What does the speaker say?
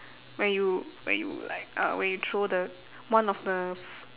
where you where you like uh where you throw the one of the